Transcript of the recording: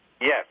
yes